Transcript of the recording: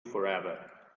forever